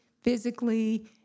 physically